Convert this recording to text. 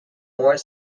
more